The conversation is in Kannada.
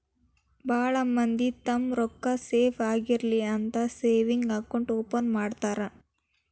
ಭಾಳ್ ಮಂದಿ ತಮ್ಮ್ ರೊಕ್ಕಾ ಸೇಫ್ ಆಗಿರ್ಲಿ ಅಂತ ಸೇವಿಂಗ್ಸ್ ಅಕೌಂಟ್ ಓಪನ್ ಮಾಡ್ತಾರಾ